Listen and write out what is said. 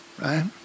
right